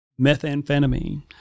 methamphetamine